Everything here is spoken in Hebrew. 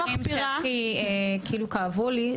אחד הדברים שהכי כאילו כאבו לי,